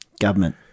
Government